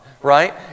Right